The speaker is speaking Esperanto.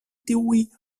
tuj